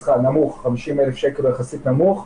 שכר של 50 אלף שקל הוא יחסית נמוך,